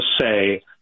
say